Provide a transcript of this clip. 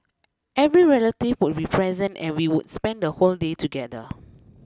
every relative would be present and we would spend the whole day together